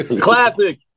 Classic